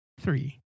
Three